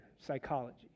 psychology